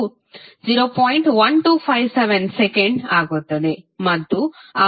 1257 second ಆಗುತ್ತದೆ ಮತ್ತು ಆವರ್ತನವು 7